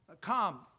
come